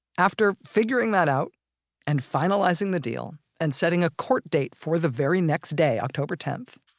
after figuring that out and finalizing the deal and setting a court date for the very next day, october tenth,